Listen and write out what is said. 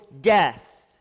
death